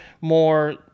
more